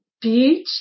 beach